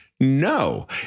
no